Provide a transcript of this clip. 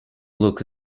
look